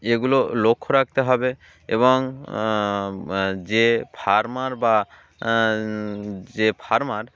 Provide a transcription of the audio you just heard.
এগুলো লক্ষ্য রাখতে হবে এবং যে ফার্মার বা যে ফার্মার